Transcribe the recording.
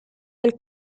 del